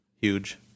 huge